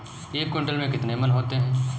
एक क्विंटल में कितने मन होते हैं?